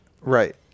Right